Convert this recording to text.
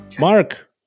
Mark